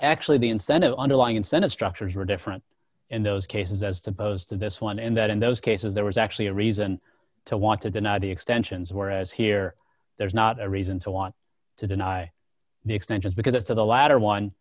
actually the incentive underlying incentive structures were different in those cases as to boast of this one and that in those cases there was actually a reason to want to deny the extensions whereas here there's not a reason to want to deny the extensions because if the latter one